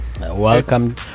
Welcome